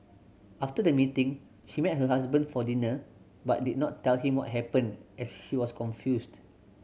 after the meeting she met her husband for dinner but did not tell him what happened as she was confused